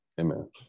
Amen